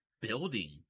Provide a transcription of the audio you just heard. building